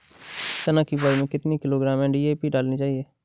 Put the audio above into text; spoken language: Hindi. चना की बुवाई में कितनी किलोग्राम डी.ए.पी मिलाना चाहिए?